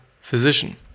physician